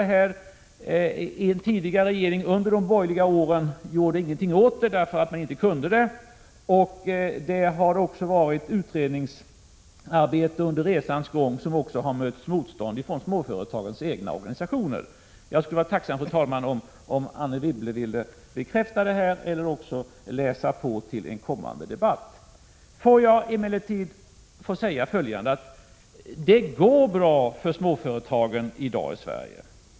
En tidigare regering under de borgerliga åren gjorde ingenting åt den, eftersom man inte kunde det. Det utredningsarbete som förekommit under resans gång har också mött motstånd från småföretagens egna organisationer. Jag skulle vara tacksam, fru talman, om Anne Wibble här ville bekräfta vad jag nu sagt eller också läsa på till en kommande debatt. Låt mig säga följande: Det går bra för småföretagen i dag i Sverige.